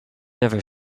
never